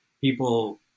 people